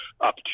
up